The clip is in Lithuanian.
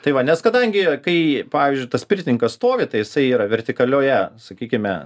tai va nes kadangi kai pavyzdžiui tas pirtininkas stovi tai jisai yra vertikalioje sakykime